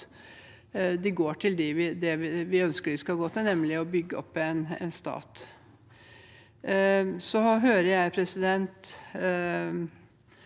de går til det vi ønsker de skal gå til, nemlig å bygge opp en stat. Det kan være greit